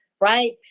right